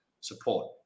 support